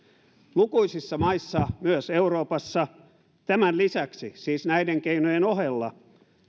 lukuisissa maissa myös euroopassa tämän lisäksi siis näiden keinojen ohella